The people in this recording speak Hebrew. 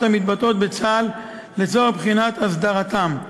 המתבצעות בצה"ל לצורך בחינת הסדרתן,